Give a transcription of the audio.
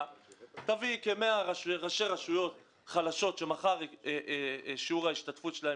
תביא כ-100 ראשי רשויות חלשות שמחר שיעור ההשתתפות שלהן